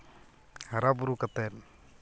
ᱦᱟᱨᱟᱼᱵᱩᱨᱩ ᱠᱟᱛᱮᱫ